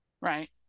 Right